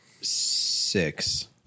six